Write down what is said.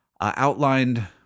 outlined